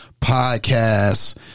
Podcast